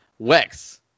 wex